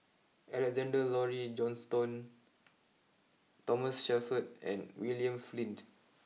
Alexander Laurie Johnston Thomas Shelford and William Flint